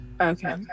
Okay